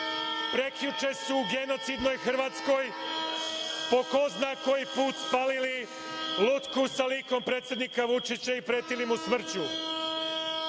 Prekjuče su u genocidnoj Hrvatskoj, po ko zna koji put, spalili lutku sa likom predsednika Vučića i pretili mu smrću.